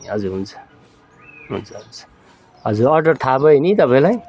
हजुर हुन्छ हुन्छ हुन्छ हजुर अर्डर थाह भयो नि तपाईँलाई